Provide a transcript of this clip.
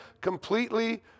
completely